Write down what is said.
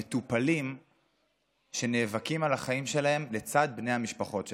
מטופלים שנאבקים על החיים שלהם לצד בני המשפחות שלהם.